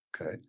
Okay